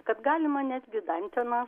kad galima netgi danteną